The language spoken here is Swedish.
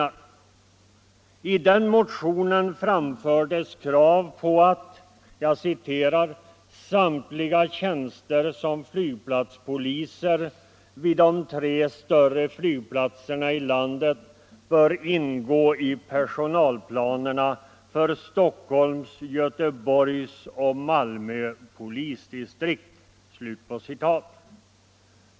krav på att samtliga tjänster som flygplatspoliser vid de tre större flygplatserna i landet skall ingå i personalplanerna för Stockholms, Göteborgs och Malmö polisdistrikt.